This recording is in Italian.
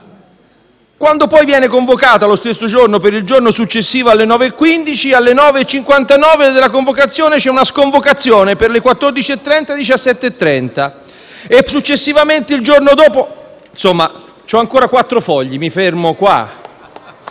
Quando, poi, viene convocata - lo stesso giorno - per il giorno successivo alle 9,15, alle 9,59 c'è una sconvocazione per le 14,30 e le 17,30, e successivamente il giorno dopo... Insomma, ho ancora quattro fogli, mi fermo qua.